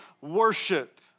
worship